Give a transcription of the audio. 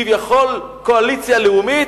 כביכול קואליציה לאומית,